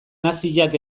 naziak